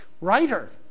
writer